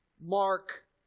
Mark